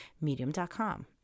medium.com